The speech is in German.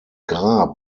grab